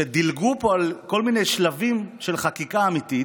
שדילגו פה על כל מיני שלבים של חקיקה אמיתית,